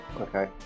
okay